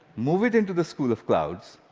move it into the school of clouds,